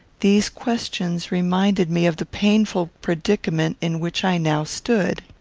these questions reminded me of the painful predicament in which i now stood.